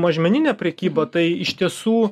mažmenine prekyba tai iš tiesų